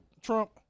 Trump